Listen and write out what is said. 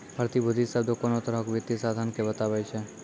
प्रतिभूति शब्द कोनो तरहो के वित्तीय साधन के बताबै छै